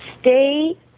Stay